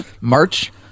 march